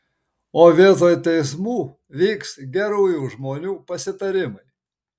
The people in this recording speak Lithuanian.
o vietoj teismų vyks gerųjų žmonių pasitarimai